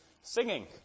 singing